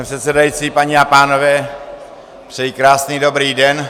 Pane předsedající, paní a pánové, přeji krásný dobrý den.